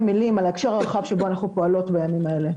כמה מילים על ההקשר הרחב שבו אנחנו פועלות בימים האלה.